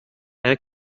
برای